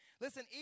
Listen